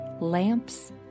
lamps